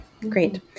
Great